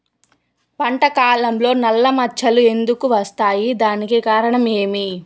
పంట కాలంలో నల్ల మచ్చలు ఎందుకు వస్తాయి? దానికి కారణం ఏమి?